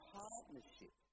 partnership